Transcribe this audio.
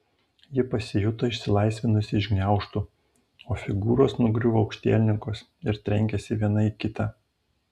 ji pasijuto išsilaisvinusi iš gniaužtų o figūros nugriuvo aukštielninkos ir trenkėsi viena į kitą